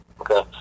okay